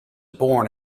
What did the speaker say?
born